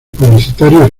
publicitarios